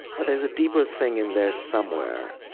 but there's a deeper thing in there somewhere.